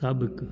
साबिकु